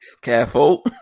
Careful